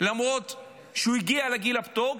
למרות שהוא הגיע לגיל הפטור,